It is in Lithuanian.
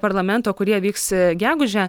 parlamento kurie vyks gegužę